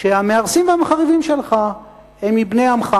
שהמהרסים והמחריבים שלך הם מבני עמך.